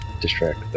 distract